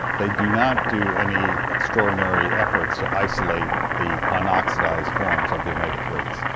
they do not do any extraordinary efforts to isolate the unoxidised forms of the omega three s.